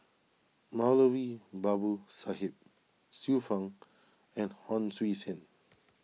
Moulavi Babu Sahib Xiu Fang and Hon Sui Sen